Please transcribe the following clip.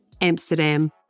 Amsterdam